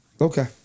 Okay